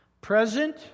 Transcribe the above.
present